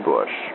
Bush